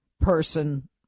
person